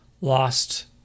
Lost